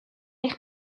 eich